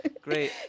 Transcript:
Great